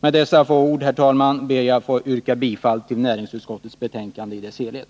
Med dessa få ord ber jag att få yrka bifall till näringsutskottets hemställan i dess helhet.